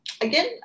again